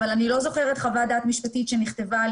אבל אני לא זוכרת חוות דעת משפטית שנכתבה על